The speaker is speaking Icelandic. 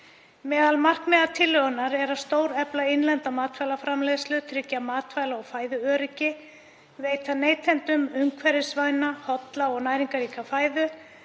Meðal markmiða tillögunnar er að stórefla innlenda matvælaframleiðslu, tryggja matvæla- og fæðuöryggi, veita neytendum umhverfisvæna, holla og næringarríka fæðu,